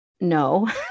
no